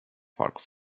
park